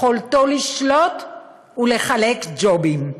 יכולתו לשלוט ולחלק ג'ובים.